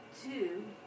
two